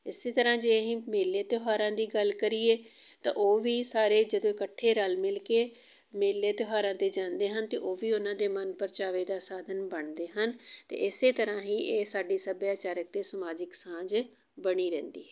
ਇਸ ਤਰ੍ਹਾਂ ਜੇ ਅਸੀਂ ਮੇਲੇ ਤਿਉਹਾਰਾਂ ਦੀ ਗੱਲ ਕਰੀਏ ਤਾਂ ਉਹ ਵੀ ਸਾਰੇ ਜਦੋਂ ਇਕੱਠੇ ਰਲ ਮਿਲ ਕੇ ਮੇਲੇ ਤਿਉਹਾਰਾਂ 'ਤੇ ਜਾਂਦੇ ਹਨ ਤਾਂ ਉਹ ਵੀ ਉਹਨਾਂ ਦੇ ਮਨ ਪਰਚਾਵੇ ਦਾ ਸਾਧਨ ਬਣਦੇ ਹਨ ਅਤੇ ਇਸ ਤਰ੍ਹਾਂ ਹੀ ਇਹ ਸਾਡੀ ਸੱਭਿਆਚਾਰਕ ਅਤੇ ਸਮਾਜਿਕ ਸਾਂਝ ਬਣੀ ਰਹਿੰਦੀ ਹੈ